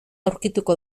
aurkituko